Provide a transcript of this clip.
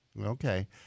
Okay